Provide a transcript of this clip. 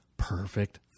perfect